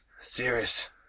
serious